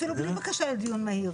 אפילו בלי בקשה לדיון מהיר.